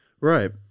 Right